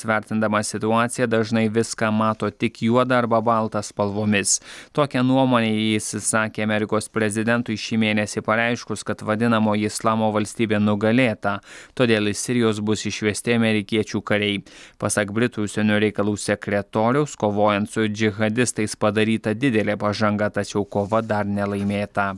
vertindamas situaciją dažnai viską mato tik juoda arba balta spalvomis tokią nuomonę jis išsakė amerikos prezidentui šį mėnesį pareiškus kad vadinamoji islamo valstybė nugalėta todėl iš sirijos bus išvesti amerikiečių kariai pasak britų užsienio reikalų sekretoriaus kovojant su džihadistais padaryta didelė pažanga tačiau kova dar nelaimėta